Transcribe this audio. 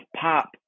pop